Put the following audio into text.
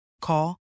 Call